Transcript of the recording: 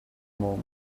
moment